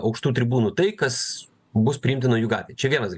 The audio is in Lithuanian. aukštų tribūnų tai kas bus priimtina gatvei čia vienas daly